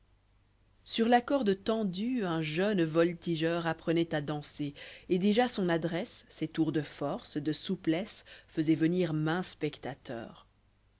onu la corde tendue un jeûne voltigeur apprenoit à danser et déjà son adresse ses tours de force de souplesse v faisoient venir maint